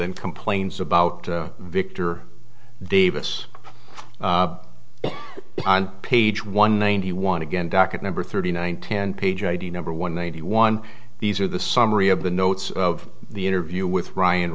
them complains about victor davis on page one ninety one again docket number thirty nine ten page id number one ninety one these are the summary of the notes of the interview with ryan